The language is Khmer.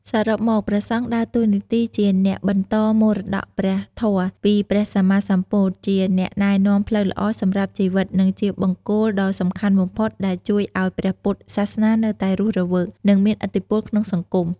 សរុបមក ព្រះសង្ឃដើរតួនាទីជាអ្នកបន្តមរតកព្រះធម៌ពីព្រះសម្មាសម្ពុទ្ធ ជាអ្នកណែនាំផ្លូវល្អសម្រាប់ជីវិត និងជាបង្គោលដ៏សំខាន់បំផុតដែលជួយឱ្យព្រះពុទ្ធសាសនានៅតែរស់រវើក និងមានឥទ្ធិពលក្នុងសង្គម។